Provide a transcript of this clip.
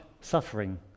suffering